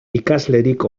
ikaslerik